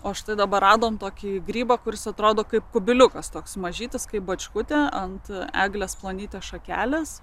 o štai dabar radome tokį grybą kuris atrodo kaip kubiliukas toks mažytis kaip bočkutė ant eglės plonytės šakelės